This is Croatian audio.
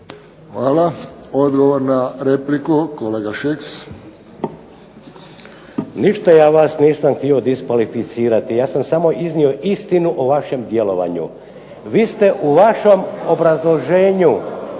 Hvala. Odgovor na repliku, kolega Šeks. **Šeks, Vladimir (HDZ)** Ništa ja vas nisam htio diskvalificirati, ja sam samo iznio istinu o vašem djelovanju. Vi ste u vašem obrazloženju